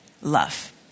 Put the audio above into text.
love